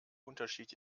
unterschied